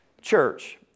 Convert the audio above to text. church